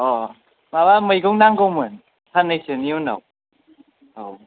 अ' माबा मैगं नांगौमोन साननैसोनि उनाव औ